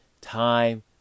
time